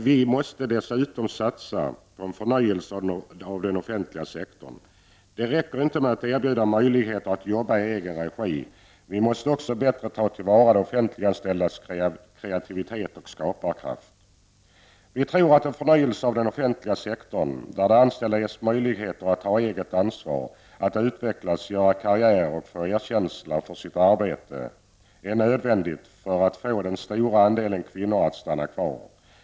Vi måste dessutom satsa på en förnyelse av den offentliga sektorn. Det räcker inte med att erbjuda möjligheter att jobba i egen regi. Vi måste också bättre ta till vara de offentliganställdas kreativitet och skaparkraft. Vi folkpartister tror att en förnyelse av den offentliga sektorn där de anställda ges möjligheter att ta eget ansvar, att utvecklas, göra karriär och få erkänsla för sitt arbete är nödvändig för att förmå den stora andelen kvinnor att stanna kvar.